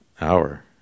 hour